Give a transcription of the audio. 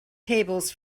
tables